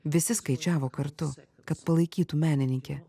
visi skaičiavo kartu kad palaikytų menininkę